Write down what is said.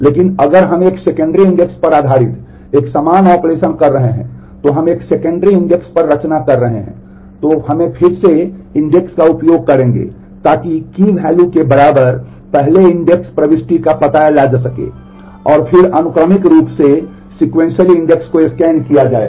लेकिन अगर हम एक सेकेंडरी इंडेक्स किया जाए